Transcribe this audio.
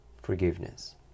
Forgiveness